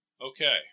Okay